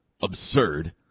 absurd